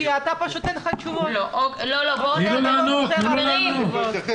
כי פשוט אין לך תשובות או שאתה לא רוצה לתת תשובות.